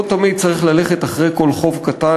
לא תמיד צריך ללכת אחרי כל חוב קטן,